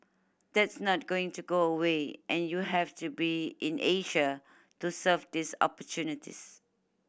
that's not going to go away and you have to be in Asia to serve these opportunities